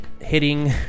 hitting